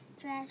dress